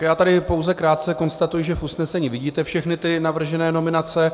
Já tady pouze krátce konstatuji, že v usnesení vidíte všechny navržené nominace.